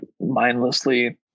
mindlessly